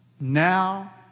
now